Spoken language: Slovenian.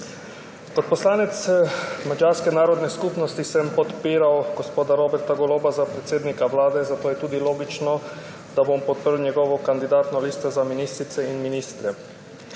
Kot poslanec madžarske narodne skupnosti sem podpiral gospoda Roberta Goloba za predsednika Vlade, zato je tudi logično, da bom podprl njegovo kandidatno listo za ministrice in ministre.